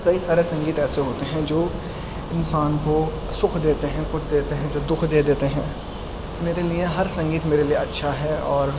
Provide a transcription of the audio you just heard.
کئی سارے سنگیت ایسے ہوتے ہیں جو انسان کو سکھ دیتے ہیں کچھ دیتے ہیں جو دکھ دے دیتے ہیں میرے لیے ہر سنگیت میرے لیے اچھا ہے اور